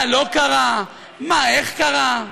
מה לא קרה, איך קרה.